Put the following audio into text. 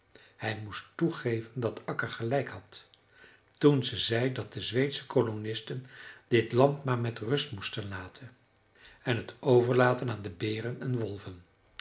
hij moest toegeven dat akka gelijk had toen ze zei dat de zweedsche kolonisten dit land maar met rust moesten laten en t overlaten aan de beren en wolven